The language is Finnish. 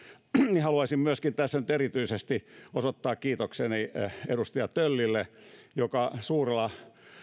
niin haluaisin myöskin tässä nyt erityisesti osoittaa kiitokseni edustaja töllille joka suurella